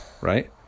right